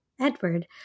Edward